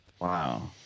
Wow